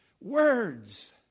Words